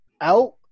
out